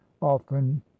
often